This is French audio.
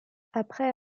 après